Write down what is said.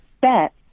bet